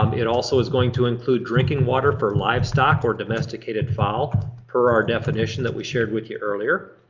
um it also is going to include drinking water for livestock or domesticated fowl per our definition that we shared with you earlier.